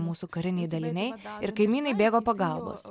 mūsų kariniai daliniai ir kaimynai bėgo pagalbos